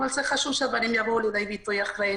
אבל חשוב שהדברים יבואו לידי ביטוי אחרי